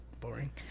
boring